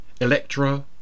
Electra